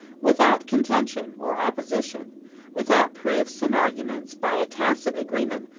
without contention or opposition without proofs and arguments, by a tacit agreement,